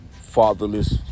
fatherless